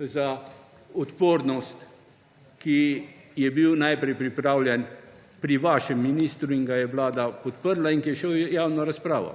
za odpornost, ki je bil najprej pripravljen pri vašem ministru in ga je Vlada podprla in je šel v javno razpravo.